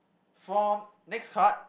for next card